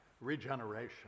regeneration